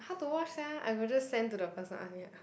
how to wash sia I would just send to the person ask them help